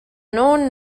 known